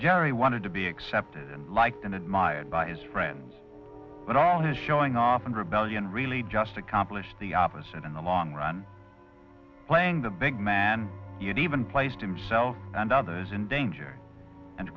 jerry wanted to be accepted and liked and admired by his friends and all his showing off and rebellion really just accomplished the opposite in the long run playing the big man you even placed himself and others in danger and